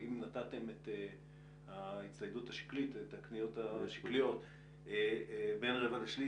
אם נתתם את הקניות השקליות זה בין רבע לשליש,